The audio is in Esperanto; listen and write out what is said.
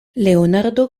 leonardo